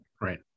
right